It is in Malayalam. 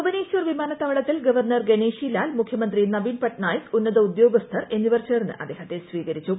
ഭുവനേശ്വർ വിമാനത്താവളത്തിൽ ഗവർണർ ഗണേഷി ലാൽ മുഖ്യമന്ത്രി നവീൻ പട്നായിക് ഉന്നത ഉദ്യോഗസ്ഥർ എന്നിവർ ചേർന്ന് അദ്ദേഹത്തെ സ്വീകരിച്ചു